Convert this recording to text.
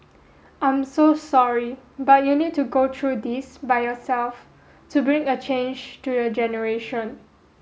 I'm so sorry but you need to go through this by yourself to bring a change to your generation